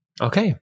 Okay